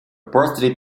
birthday